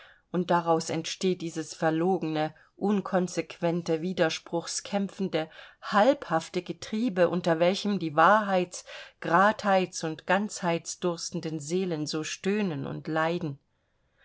und dar aus entsteht dieses verlogene unkonsequente widerspruchskämpfende halbhafte getriebe unter welchem die wahrheits gradheits und ganzheitsdurstenden seelen so stöhnen und leiden